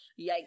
Yikes